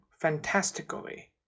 fantastically